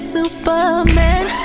Superman